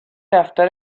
دفتر